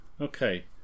okay